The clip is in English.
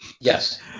Yes